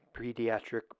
pediatric